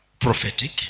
prophetic